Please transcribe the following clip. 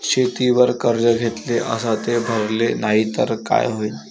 शेतीवर कर्ज घेतले अस ते भरले नाही तर काय होईन?